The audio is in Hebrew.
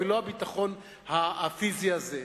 ולא הביטחון הפיזי הזה.